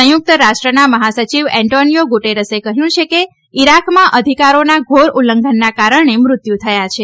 સંયુકત રાષ્ટ્રના મહાસચિવ એંટોનીયો ગુતરેસે કહયું કે ઇરાકમાં અધિકારોના ઘોર ઉલ્લંધનના કારણે મૃત્યુ થયા છે